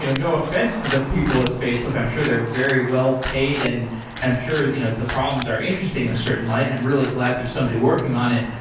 you know no offence to the people at facebook. i'm sure they're very well-paid and i'm sure you know the problems are interesting in a certain light and i'm really glad there's somebody working on it,